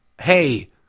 hey